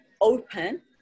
open